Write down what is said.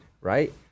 right